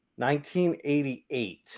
1988